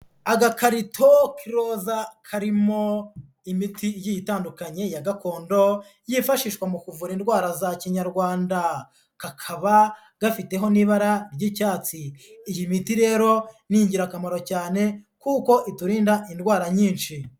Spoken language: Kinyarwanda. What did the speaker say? Agakarito k'iroza karimo imiti igiye itandukanye ya gakondo yifashishwa mu kuvura indwara za kinyarwanda, kakaba gafiteho n'ibara ry'icyatsi, iyi miti rero ni ingirakamaro cyane kuko iturinda indwara nyinshi.